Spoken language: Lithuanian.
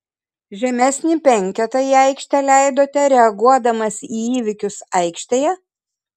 žemesnį penketą į aikštę leidote reaguodamas į įvykius aikštėje